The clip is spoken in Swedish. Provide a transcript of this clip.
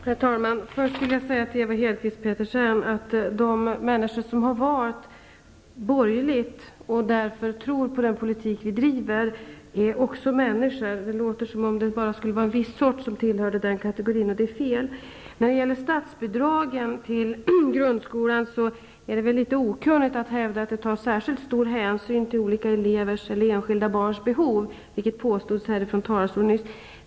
Herr talman! Först vill jag säga till Ewa Hedkvist Petersen, att de människor som har röstat borgerligt och som tror på den politik vi driver också är människor. Det låter som om det bara skulle vara en viss sort som tillhörde den kategorin, och det är fel. När det gäller statsbidraget till grundskolan är det litet okunnigt att hävda att man med det tar särskilt stor hänsyn till enskilda barns behov, vilket påstods från talarstolen.